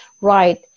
right